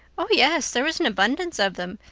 oh, yes, there was an abundance of them.